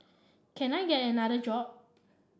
can I get another job